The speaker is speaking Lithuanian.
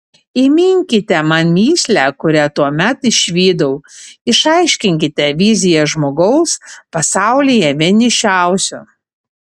įminkite man mįslę kurią tuomet išvydau išaiškinkite viziją žmogaus pasaulyje vienišiausio